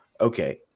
okay